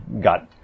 got